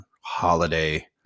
holiday